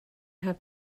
have